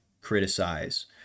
criticize